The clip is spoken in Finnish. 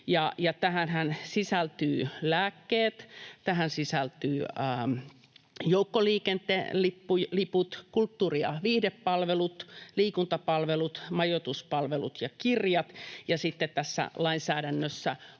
tähän sisältyvät joukkoliikenteen liput, kulttuuri- ja viihdepalvelut, liikuntapalvelut, majoituspalvelut ja kirjat. Ja sitten tässä